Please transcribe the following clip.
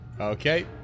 Okay